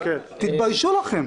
תתביישו לכם.